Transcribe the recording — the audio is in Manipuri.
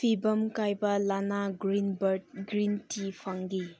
ꯐꯤꯕꯝ ꯀꯥꯏꯕ ꯂꯥꯅꯥ ꯒ꯭ꯔꯤꯟ ꯕꯥꯔꯗ ꯒ꯭ꯔꯤꯟ ꯇꯤ ꯐꯪꯂꯤ